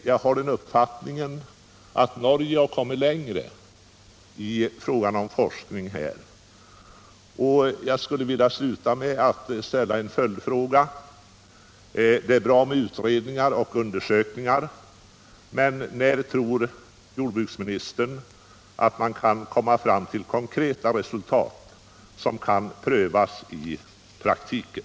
Jag har den uppfattningen att Norge har kommit längre i fråga om forskning på området, och jag skulle vilja sluta med att ställa en följdfråga: Det är bra med utredningar och undersökningar, men när tror jordbruksministern att man kan komma fram till konkreta resultat, som kan prövas i praktiken?